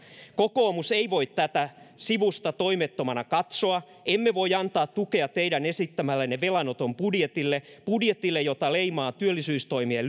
kokoomus ei voi tätä sivusta toimettomana katsoa emme voi antaa tukea teidän esittämällenne velanoton budjetille budjetille jota leimaa työllisyystoimien